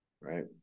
Right